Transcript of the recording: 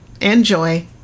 enjoy